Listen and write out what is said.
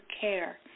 care